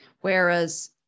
whereas